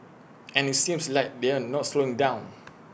and IT seems like they're not slowing down